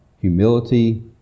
humility